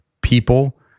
people